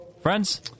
friends